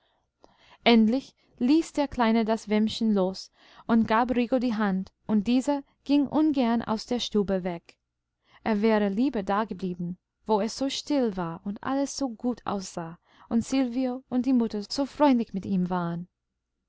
endlich ließ der kleine das wämschen los und gab rico die hand und dieser ging ungern aus der stube weg er wäre lieber dageblieben wo es so still war und alles so gut aussah und silvio und die mutter so freundlich mit ihm waren